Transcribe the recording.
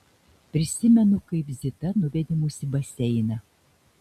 prisimenu kaip zita nuvedė mus į baseiną